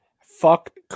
Fuck